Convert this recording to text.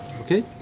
okay